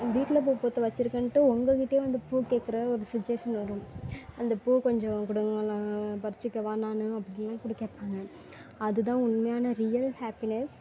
வீட்டில் பூ பூத்து வைச்சிருக்கேன்ட்டு உங்களுக்கிட்டேயே வந்து பூ கேக்கிற ஒரு சுச்சுவேஷன் வரும் அந்த பூ கொஞ்சம் கொடுங்களேன் பறிச்சுக்கவா நான் அப்படிலாம் கூட கேட்பாங்க அதுதான் உண்மையான ரியல் ஹாப்பினஸ்